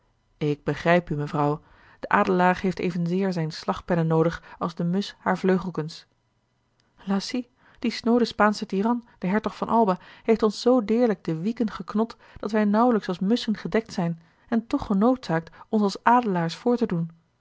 ik begrijp u mevrouw de adelaar heeft evenzeer zijne slagpennen noodig als de musch hare vleugelkens lacy die snoode spaansche tiran de hertog van alba heeft ons zoo deerlijk de wieken geknot dat wij nauwelijks als musschen gedekt zijn en toch genoodzaakt ons als adelaars voor te doen